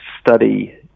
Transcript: study